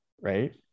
right